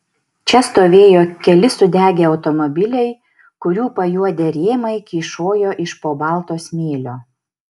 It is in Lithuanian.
čia stovėjo keli sudegę automobiliai kurių pajuodę rėmai kyšojo iš po balto smėlio